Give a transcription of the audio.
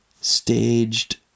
staged